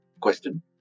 question